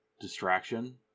distraction